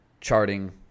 charting